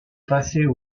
passaient